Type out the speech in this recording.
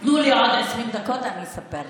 ייתנו לי עוד 20 דקות ואני אספר לך.